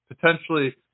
potentially